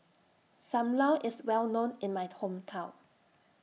SAM Lau IS Well known in My Hometown